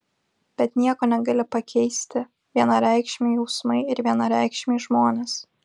bet nieko negali pakeisti vienareikšmiai jausmai ir vienareikšmiai žmonės